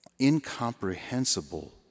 incomprehensible